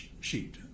sheet